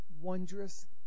wondrous